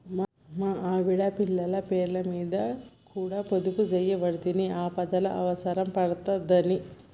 మా ఆవిడ, పిల్లల పేర్లమీద కూడ పొదుపుజేయవడ్తి, ఆపదల అవుసరం పడ్తదని